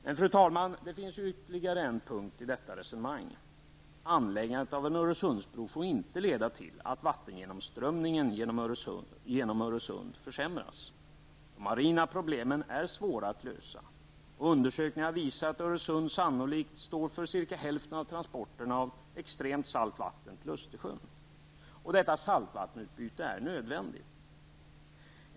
Men, fru talman, det finns ytterligare en punkt i detta sammanhang: Anläggandet av en Öresundsbro får inte leda till att vattengenomströmningen i Öresund försämras. De marina problemen är svåra att lösa, undersökningar visar att Öresund sannolikt står för cirka hälften av transporterna av extremt salt vatten till Östersjön. Detta saltvattenutbyte är nödvändigt.